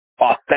authentic